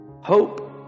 Hope